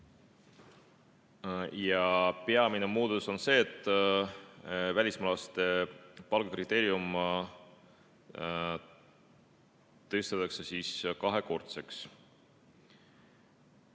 Peamine muudatus on see, et välismaalaste palga kriteerium tõstetakse kahekordseks.